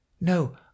No